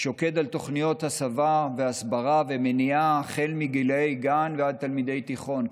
שוקד על תוכניות הסבה והסברה ומניעה מגיל גן ועד תלמידי תיכון,